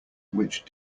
which